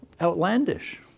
outlandish